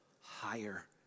higher